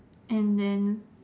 and then